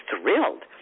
thrilled